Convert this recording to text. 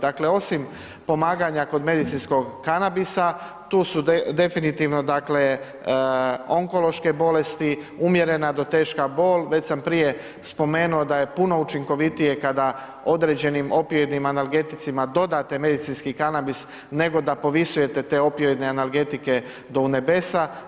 Dakle, osim pomaganja kod medicinskog kanabisa, tu su definitivno, dakle, onkološke bolesti, umjerena do teška bol, već sam prije spomenuo da je puno učinkovitije kada određenim opijedima, analgeticima, dodate medicinski kanabis, nego da povisujete te opijede i analgetike do unebesa.